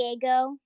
Diego